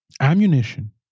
ammunition